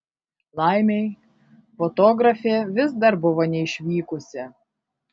laimei fotografė vis dar buvo neišvykusi